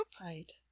Right